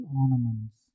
ornaments